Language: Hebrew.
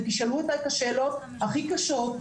ותשאלו אותה את השאלות הכי קשות,